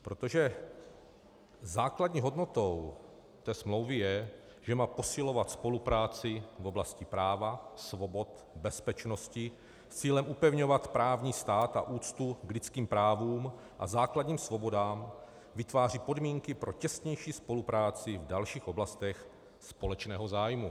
Protože základní hodnotou té smlouvy je, že má posilovat spolupráci v oblasti práva, svobod, bezpečnosti s cílem upevňovat právní stát a úctu k lidským právům a základním svobodám, vytváří podmínky pro těsnější spolupráci i v dalších oblastech společného zájmu.